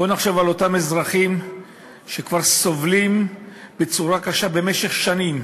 בואו נחשוב על אותם אזרחים שכבר סובלים בצורה קשה במשך שנים